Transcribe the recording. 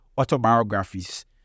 autobiographies